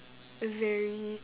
very